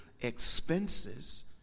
expenses